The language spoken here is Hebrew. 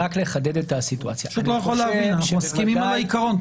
אנחנו מסכימים על העיקרון,